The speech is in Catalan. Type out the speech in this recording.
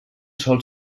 sol